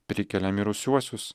prikelia mirusiuosius